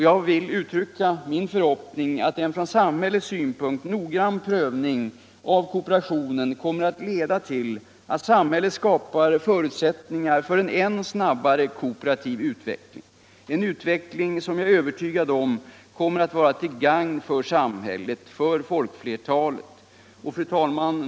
Jag vill uttrycka min förhoppning att en från samhällets synpunkt noggrann prövning av kooperationen kommer att leda till att samhället skapar förutsättningar för en ännu snabbare kooperativ utveckling, en utveckling som jag är övertygad om kommer att vara till gagn för samhället — för folkflertalet. Fru talman!